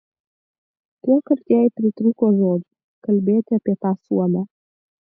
tuokart jai pritrūko žodžių kalbėti apie tą suomę